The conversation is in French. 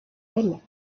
elle